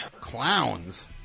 Clowns